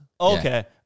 Okay